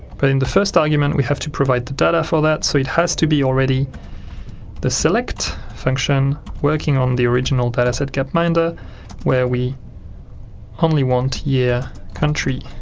but in the first argument we have to provide the data for that so it has to be already the select function working on the original data set gapminder where we only want year, country